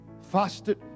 Fasted